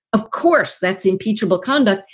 of course, that's impeachable conduct.